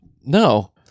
No